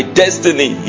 destiny